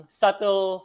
subtle